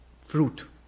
fruit